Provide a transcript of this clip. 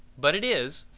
but it is.